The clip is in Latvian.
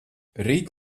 rīt